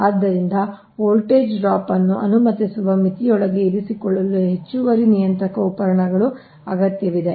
ಆದ್ದರಿಂದ voltage drop ಅನ್ನು ಅನುಮತಿಸುವ ಮಿತಿಯೊಳಗೆ ಇರಿಸಿಕೊಳ್ಳಲು ಹೆಚ್ಚುವರಿ ನಿಯಂತ್ರಕ ಉಪಕರಣಗಳ ಅಗತ್ಯವಿದೆ